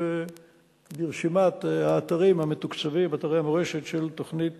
ברשימת האתרים המתוקצבים באתרי המורשת של תוכנית